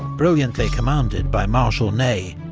brilliantly commanded by marshal ney,